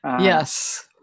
yes